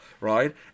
right